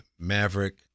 Maverick